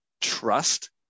trust